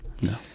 no